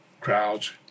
crowds